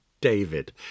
David